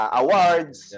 awards